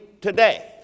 today